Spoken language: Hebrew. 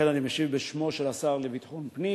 אכן אני משיב בשמו של השר לביטחון פנים